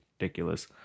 ridiculous